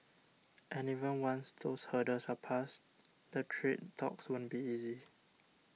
and even once those hurdles are passed the trade talks won't be easy